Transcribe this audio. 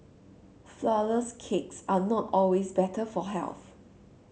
flourless cakes are not always better for health